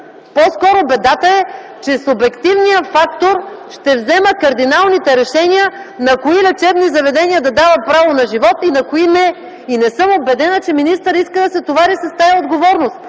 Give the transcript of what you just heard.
по-скоро бедата е, че субективният фактор ще взема кардиналните решения на кои лечебни заведения да дава право на живот и на кои – не. И не съм убедена, че министърът иска да се товари с тази отговорност,